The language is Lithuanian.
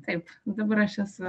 taip dabar aš esu